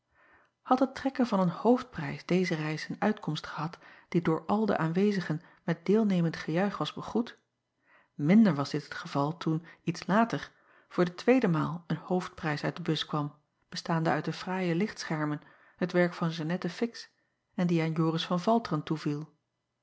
ad het trekken van een hoofdprijs deze reis een uitkomst gehad die door al de aanwezigen met deelnemend gejuich was begroet minder was dit het geval toen iets later voor de tweede maal een hoofdprijs uit de bus kwam bestaande uit de fraaie lichtschermen het werk van eannette ix en die aan oris van alteren toeviel